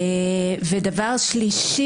דבר שלישי,